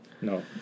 No